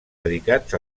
dedicats